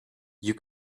you